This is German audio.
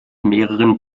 mehreren